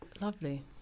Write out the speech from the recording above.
Lovely